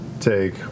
take